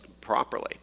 properly